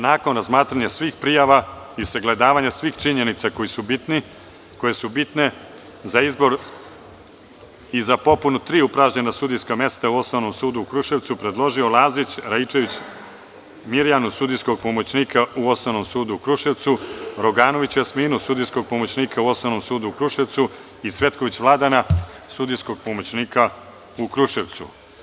Nakon razmatranja svih prijava i sagledavanja svih činjenica koje su bitne za izbor i za popunu tri upražnjena sudijska mesta u Osnovnom sudu u Kruševcu, predložio Lazić Raičević Mirjanu, sudijskog pomoćnika u Osnovnom sudu u Kruševcu, Roganović Jasminu sudijskog pomoćnika u Osnovnom sudu u Kruševcu i Cvetković Vladana, sudijskog pomoćnika u Kruševcu.